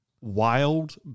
Wild